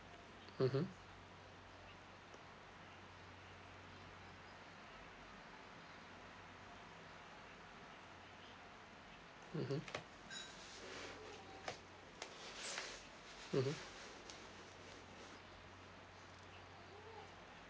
mmhmm mmhmm mmhmm